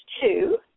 two